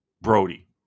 Brody